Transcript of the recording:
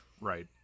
Right